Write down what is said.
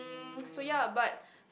mm so ya but